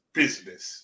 business